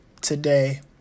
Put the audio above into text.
today